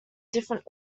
different